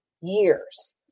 years